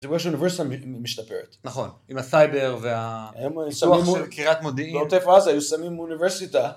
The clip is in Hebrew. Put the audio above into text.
יש אוניברסיטה משתפרת, נכון, עם הסייבר והפיתוח של קריית מודיעין, לעוטף עזה היו שמים אוניברסיטה.